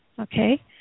Okay